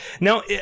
Now